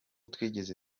twigeze